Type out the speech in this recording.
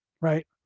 right